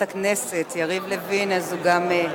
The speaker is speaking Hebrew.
יריב לוין, אז הוא גם,